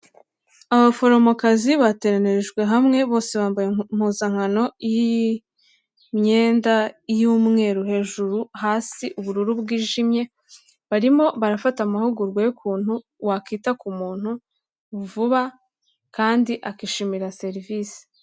Abaforomokazi bateranijwe hamwe bose bambaye impuzankano y'imyenda y'umweru hejuru hasi ubururu bwijimye, barimo barafata amahugurwa y'ukuntu wakwita ku muntu vuba kandi akishimira serivisi.